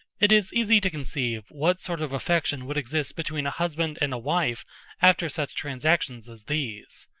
it is easy to conceive what sort of affection would exist between a husband and a wife after such transactions as these.